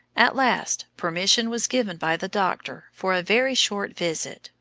at last permission was given by the doctor for a very short visit,